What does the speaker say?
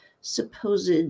supposed